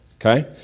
okay